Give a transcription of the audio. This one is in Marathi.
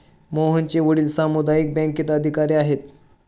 मोहनचे वडील सामुदायिक बँकेत अधिकारी आहेत